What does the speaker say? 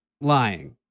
lying